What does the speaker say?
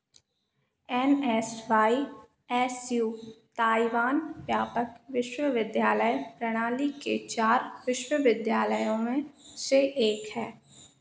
N S Y S U Taiwan व्यापक विश्वविद्यालय प्रणाली के चार विश्वविद्यालयों में से एक है